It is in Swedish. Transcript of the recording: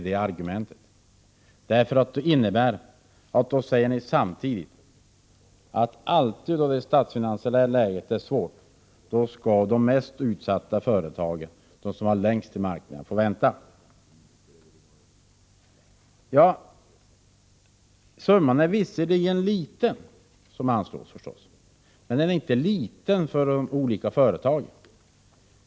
Det innebär att ni säger att alltid då det statsfinansiella läget är svårt, skall de mest utsatta företagen, som har längst till marknaden, få vänta. Summan som anslås är visserligen liten. Men den är inte liten för de olika företagen.